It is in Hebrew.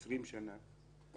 20 שנה.